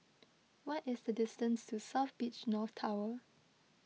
what is the distance to South Beach North Tower